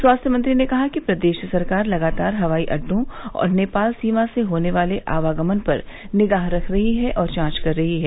स्वास्थ्य मंत्री ने कहा कि प्रदेश सरकार लगातार हवाई अड्डों और नेपाल सीमा से होने वाले आवागमन पर निगाह रख रही है और जांच कर रही है